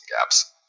gaps